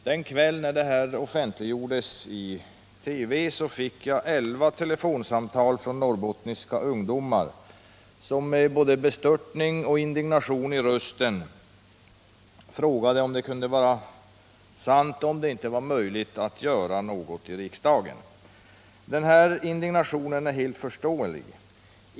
Den kväll som detta offentliggjordes i TV fick jag telefonsamtal från 11 norrbottniska ungdomar, som med bestörtning och indignation i rösten frågade om detta kunde vara sant och om det inte var möjligt att göra någonting i riksdagen. Den här indignationen är helt förståelig.